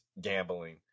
gambling